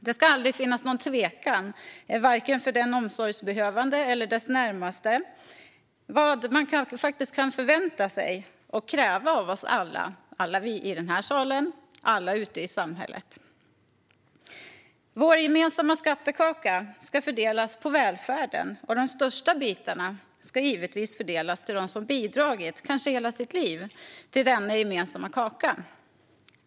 Det ska aldrig finnas någon tvekan, vare sig från den omsorgsbehövande eller från dess närmaste, om vad man faktiskt kan förvänta sig och kräva av oss alla - alla vi i den här salen och alla ute i samhället. Vår gemensamma skattekaka ska fördelas på välfärden, och de största bitarna ska givetvis fördelas till dem som bidragit, kanske hela sitt liv, till denna gemensamma kaka.